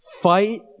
fight